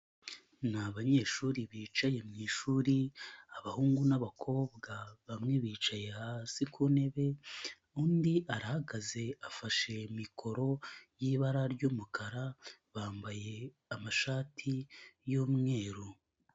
Ni abanyeshuri bicaye mu ishuri, abahungu n'abakobwa, bamwe bicaye hasi ku ntebe, undi arahagaze afashe mikoro y'ibara ry'umukara, bambaye amashati y'mweru.